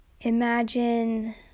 Imagine